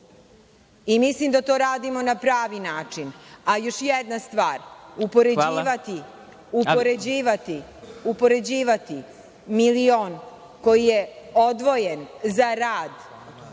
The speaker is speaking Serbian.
i mislim da to radimo na pravi način. Još jedna stvar, upoređivati milion koji je odvojen za rad